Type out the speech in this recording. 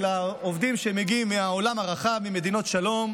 העובדים שמגיעים מהעולם הרחב ממדינות שלום,